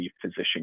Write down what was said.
physician